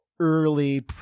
early